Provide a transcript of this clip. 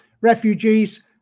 Refugees